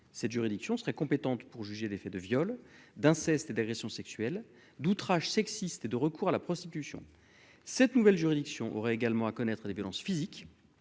cette juridiction sera compétente pour juger des faits de viol, d'inceste et d'agression sexuelle d'outrage sexiste et de recours à la prostitution, cette nouvelle juridiction aurait également à connaître des violences physiques,